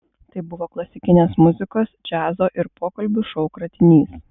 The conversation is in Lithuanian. tai buvo klasikinės muzikos džiazo ir pokalbių šou kratinys